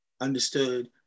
understood